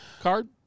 card